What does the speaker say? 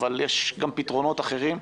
אבל יש גם פתרונות אחרים,